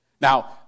Now